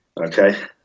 Okay